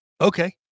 okay